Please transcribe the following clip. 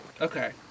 okay